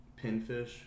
pinfish